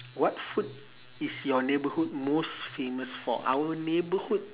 what food is your neighbourhood most famous for our neighbourhood